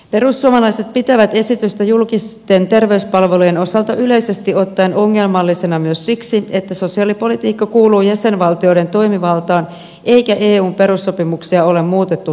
perussuomalaiset pitävät esitystä julkisten terveyspalvelujen osalta yleisesti ottaen ongelmallisena myös siksi että sosiaalipolitiikka kuuluu jäsenvaltioiden toimivaltaan eikä eun perussopimuksia ole muutettu tältä osin